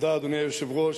אדוני היושב-ראש,